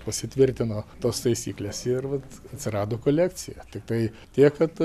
pasitvirtino tos taisyklės ir vat atsirado kolekcija tiktai tiek kad